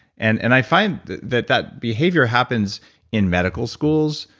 and and i find that that behavior happens in medical schools,